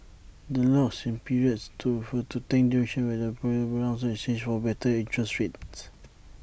the locks in periods refers to duration where A borrower is bound to A bank in exchange for better interest rates